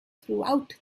throughout